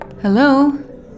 Hello